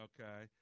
Okay